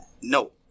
No